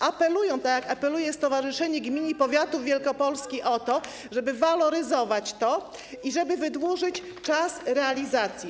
Apeluję, tak jak apeluje Stowarzyszenie Gmin i Powiatów Wielkopolski, o to, żeby to waloryzować i żeby wydłużyć czas realizacji.